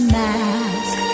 mask